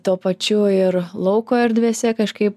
tuo pačiu ir lauko erdvėse kažkaip